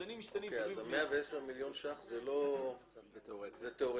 110 מיליון ש"ח זה תיאורטי.